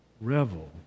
revel